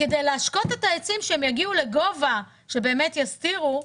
כדי להשקות את העצים שהם יגיעו לגובה שהם באמת יסתירו,